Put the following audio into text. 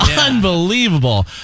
Unbelievable